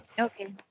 Okay